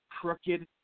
crooked